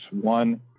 One